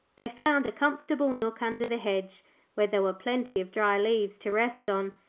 they found a comfortable nook under the hedge where there were plenty of dry leaves to rest on,